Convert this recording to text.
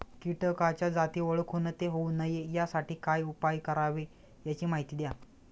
किटकाच्या जाती ओळखून ते होऊ नये यासाठी काय उपाय करावे याची माहिती द्या